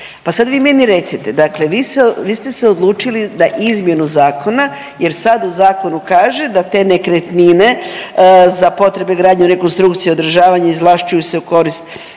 Pa sad vi meni recite, dakle vi ste se odlučili na izmjenu jer sad u zakonu kaže da te nekretnine za potrebe gradnje, rekonstrukcije, održavanje izvlašćuju se u korist